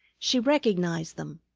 she recognized them.